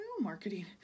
marketing